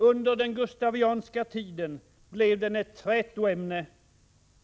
Under den gustavianska tiden blev den ett trätoämne.